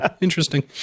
Interesting